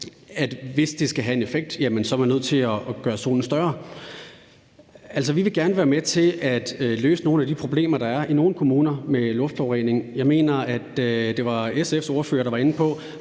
at hvis det skal have en effekt, er man nødt til at gøre zonen større. Vi vil gerne være med til at løse nogle af de problemer, der er i nogle kommuner med luftforurening. Jeg mener, det var SF's ordfører, der var inde på,